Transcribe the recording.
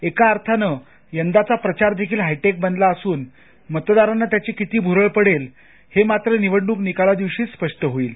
एका अर्थाने यंदाचा प्रचार देखील हायटेक बनला असून मतदारांना त्याची किती भुरळ पडेल हे निवडणूक निकालादिवशीच स्पष्ट होईल